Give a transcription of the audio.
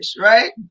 right